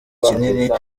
kinini